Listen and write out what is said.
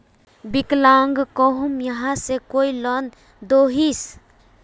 विकलांग कहुम यहाँ से कोई लोन दोहिस?